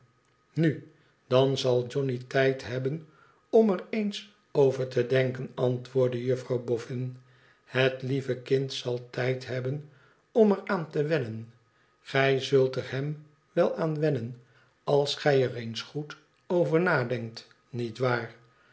nu dan zal johnny tijd hebben om er eens over te denken antwoordde juffrouw boffin het lieve kind zal tijd hebben om er aan te wennen gij zult er hem wel aan wennen als gij er eens goed over nadenkt niet waar